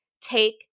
Take